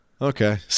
Okay